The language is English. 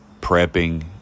prepping